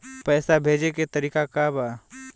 पैसा भेजे के तरीका का बा?